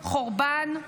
חורבן,